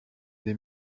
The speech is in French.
des